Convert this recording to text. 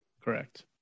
correct